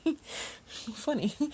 Funny